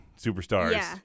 superstars